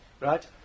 Right